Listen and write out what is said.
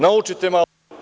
Naučite malo.